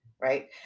right